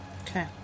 Okay